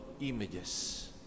images